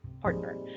partner